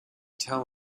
tell